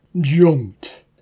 Jumped